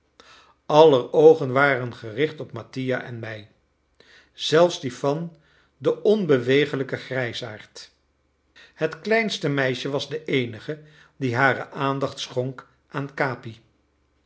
aller oogen waren gericht op mattia en mij zelfs die van den onbeweeglijken grijsaard het kleinste meisje was de eenige die hare aandacht schonk aan capi